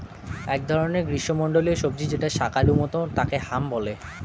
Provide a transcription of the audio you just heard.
এক ধরনের গ্রীষ্মমন্ডলীয় সবজি যেটা শাকালু মতো তাকে হাম বলে